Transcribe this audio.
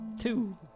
Two